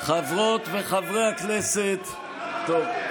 חברות וחברי הכנסת, אנחנו,